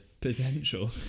potential